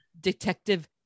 detective